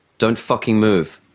don't fucking move,